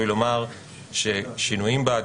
אם זה גוף ציבורי הוא מנהל אותו אבל